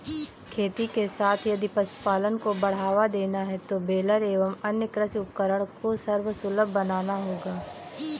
खेती के साथ यदि पशुपालन को बढ़ावा देना है तो बेलर एवं अन्य कृषि उपकरण को सर्वसुलभ बनाना होगा